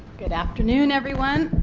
good afternoon everyone.